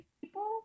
people